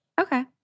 Okay